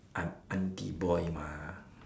I'm auntie boy mah